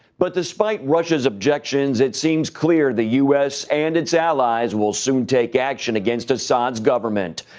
but despite russia's objections, it seems clear the u s. and its allies will soon take action against assad's government.